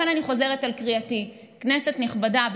לכן אני חוזרת על קריאתי: כנסת נכבדה,